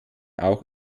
auch